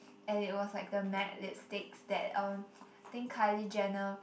and it was like the matte lip sticks that uh think Kylie Jenner